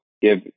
Give